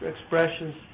expressions